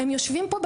הם יושבים פה בכיתה,